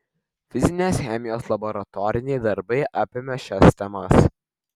fizinės chemijos laboratoriniai darbai apėmė šias temas